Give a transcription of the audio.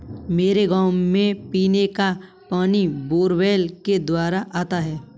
मेरे गांव में पीने का पानी बोरवेल के द्वारा आता है